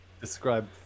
describe